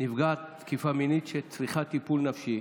נפגעת תקיפה מינית שצריכה טיפול נפשי.